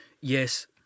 Yes